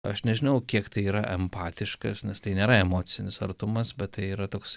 aš nežinau kiek tai yra empatiškas nes tai nėra emocinis artumas bet tai yra toks